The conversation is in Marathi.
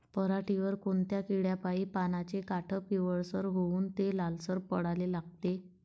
पऱ्हाटीवर कोनत्या किड्यापाई पानाचे काठं पिवळसर होऊन ते लालसर पडाले लागते?